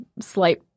slight